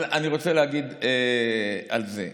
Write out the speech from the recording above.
אבל אני רוצה להגיד על זה: